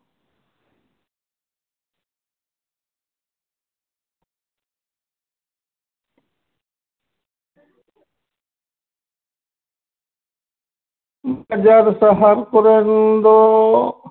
ᱵᱟᱡᱟᱨ ᱥᱟᱦᱟᱨ ᱠᱚᱨᱮᱱ ᱫᱚ